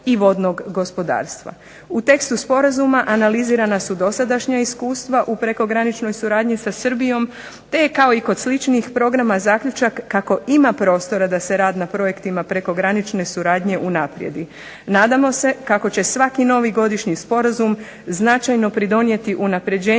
i vodnog gospodarstva. U tekstu sporazuma analizirana su dosadašnja iskustva u prekograničnoj suradnji sa Srbijom, te je kao i kod sličnih programa zaključak kako ima prostora da se rad na projektima prekogranične suradnje unaprijedi. Nadamo se kako će svaki novi godišnji sporazum značajno pridonijeti unapređenju